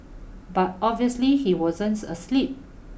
but obviously he wasn't asleep